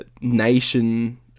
Nation